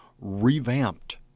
revamped